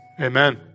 Amen